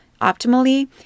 optimally